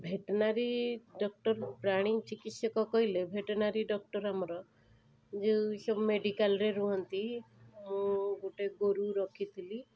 veterinary doctor ପ୍ରାଣୀ ଚିକିତ୍ସକ କହିଲେ ଭେଟନାରୀ ଡକ୍ଟର ଆମର ଯେଉଁ ସବୁ ମେଡ଼ିକାଲରେ ରୁହନ୍ତି ମୁଁ ଗୋଟେ ଗୋରୁ ରଖିଥିଲି